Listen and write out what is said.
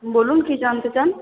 বলুন কি জানতে চান